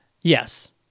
Yes